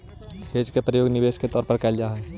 hedge के प्रयोग निवेश के तौर पर कैल जा हई